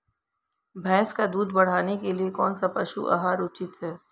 भैंस का दूध बढ़ाने के लिए कौनसा पशु आहार उचित है?